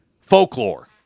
folklore